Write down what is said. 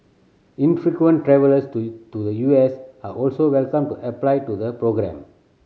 infrequent travellers to to the U S are also welcome to apply to the programme